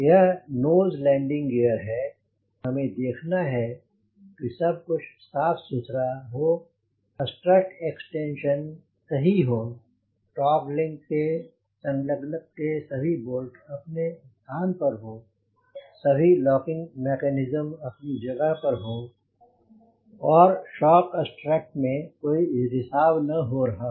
यह nose landing gear है और हमें देखना है की सब कुछ साफ़ सुथरा हो स्ट्रट एक्सटेंशन सही हो टॉग लिंक के संलग्नक के सभी बोल्ट अपने स्थान पर हों सभी लॉकिंग मैकेनिज्म अपनी जगह पर हो और शॉक स्ट्रट में कोई रिसाव न हो रहा हो